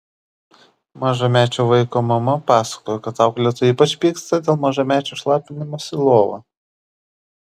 mažamečio vaiko mama pasakojo kad auklėtoja ypač pyksta dėl mažamečių šlapinimosi į lovą